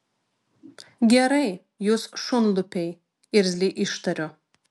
gerai jūs šunlupiai irzliai ištariu